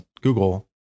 Google